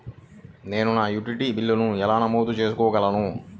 నేను నా యుటిలిటీ బిల్లులను ఎలా నమోదు చేసుకోగలను?